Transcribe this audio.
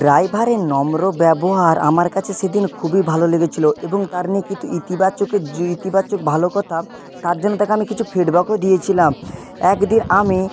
ড্রাইভারের নম্র ব্যবহার আমার কাছে সেদিন খুবই ভালো লেগেছিল এবং তার না কিতু ইতিবাচকে যে ইতিবাচক ভালো কথা তার জন্য তাকে আমি কিছু ফিডব্যাকও দিয়েছিলাম একদিন আমি